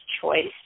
choice